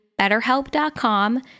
betterhelp.com